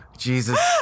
Jesus